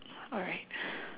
alright